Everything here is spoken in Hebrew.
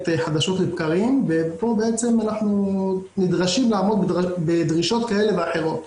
חדשות לבקרים וכאן אנחנו נדרשים לעמוד בדרישות כאלה ואחרות.